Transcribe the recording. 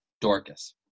Dorcas